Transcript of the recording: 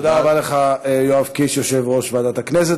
תודה רבה לך, יואב קיש, יושב-ראש ועדת הכנסת.